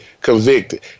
convicted